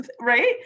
right